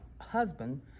husband